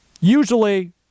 usually